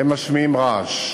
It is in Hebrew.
משמיעים רעש.